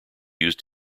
used